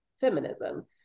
feminism